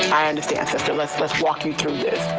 i understand sister let's let's walk you through this.